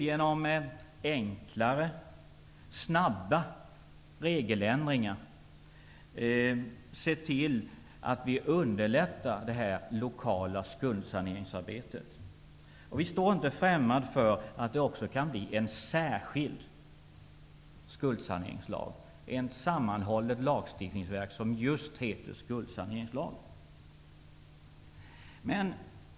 Genom enklare och snabba regeländringar vill vi se till att underlätta det lokala skuldsaneringsarbetet. Vi är inte främmande för en särskild skuldsaneringslag - ett sammanhållet lagstiftningsverk som benämns skuldsaneringslag.